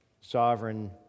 sovereign